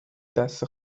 دست